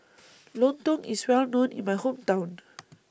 Lontong IS Well known in My Hometown